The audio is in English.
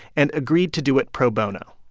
and agreed to do it pro bono.